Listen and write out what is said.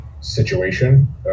situation